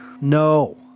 no